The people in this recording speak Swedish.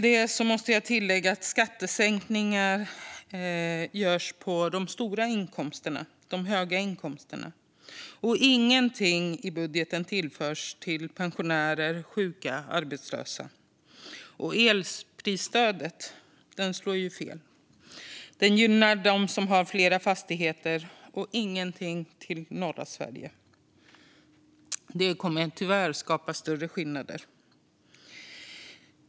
Jag måste tillägga att skattesänkningar görs på de höga inkomsterna. Ingenting i budgeten tillförs pensionärer, sjuka och arbetslösa. Och elprisstödet slår fel. Det gynnar dem som har flera fastigheter, och ingenting går till norra Sverige. Det kommer tyvärr att skapa större skillnader.